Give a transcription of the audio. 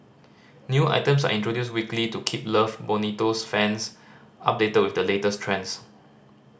new items are introduced weekly to keep Love Bonito's fans updated with the latest trends